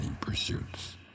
pursuits